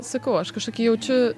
sakau aš kažkokį jaučiu